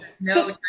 No